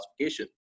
classification